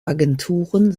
agenturen